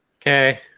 okay